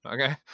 okay